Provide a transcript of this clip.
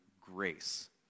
grace